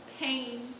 pain